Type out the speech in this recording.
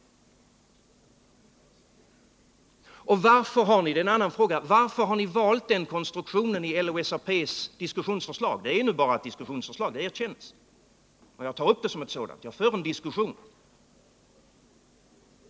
Och varför — det är en annan fråga — har ni valt den konstruktion ni gjort i LO-SAP:s diskussionsförslag? Det är ännu bara ett diskussionsförslag; det erkänns, och jag tar därför upp det som ett sådant och jag för en diskussion.